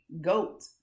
goat